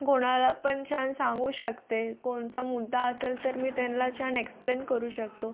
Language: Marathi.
कोणाला पण छान सांगू शकते कोणचा मुद्दा असेल तर मी त्यांना छान एक्स्प्लेन करू शकतो